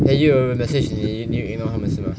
then 又有人 message 你你又 ignore 是吗